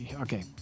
okay